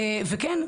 וכן,